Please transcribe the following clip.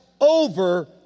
over